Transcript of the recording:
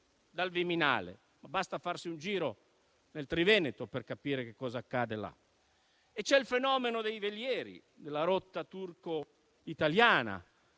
dal Viminale, ma basta farsi un giro nel Triveneto per capire che cosa accade lì. C'è poi il fenomeno dei velieri della rotta turco-italiana,